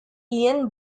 ian